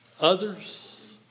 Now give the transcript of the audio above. Others